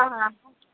ହଁ